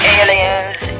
aliens